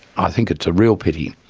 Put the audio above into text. i think it's a real pity.